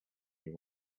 you